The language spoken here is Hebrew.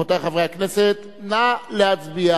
רבותי חברי הכנסת, נא להצביע.